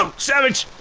um savage!